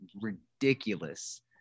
ridiculous